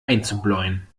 einzubläuen